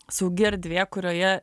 saugi erdvė kurioje